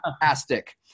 fantastic